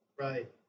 Right